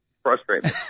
frustrating